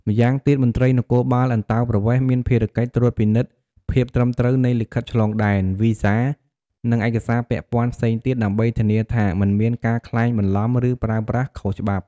ម្យ៉ាងទៀតមន្ត្រីនគរបាលអន្តោប្រវេសន៍មានភារកិច្ចត្រួតពិនិត្យភាពត្រឹមត្រូវនៃលិខិតឆ្លងដែន វីសា និងឯកសារពាក់ព័ន្ធផ្សេងទៀត ដើម្បីធានាថាមិនមានការក្លែងបន្លំ ឬប្រើប្រាស់ខុសច្បាប់។